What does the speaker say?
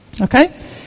Okay